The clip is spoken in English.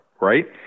right